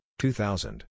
2000